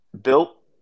built